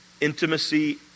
intimacy